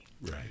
Right